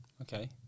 Okay